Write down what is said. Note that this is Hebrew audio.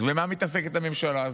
אז במה מתעסקת הממשלה הזאת?